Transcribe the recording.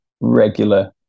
regular